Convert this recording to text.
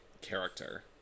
character